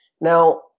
Now